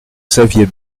xavier